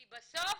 כי בסוף,